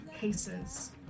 cases